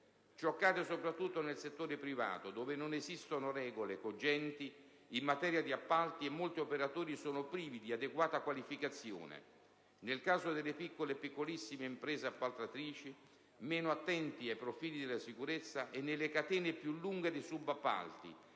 Ciò accade soprattutto nel settore privato, dove non esistono regole cogenti in materia di appalti e molti operatori sono privi di adeguata qualificazione, nel caso delle piccole e piccolissime imprese appaltatrici, meno attente ai profili della sicurezza, e nelle catene più lunghe dei subappalti,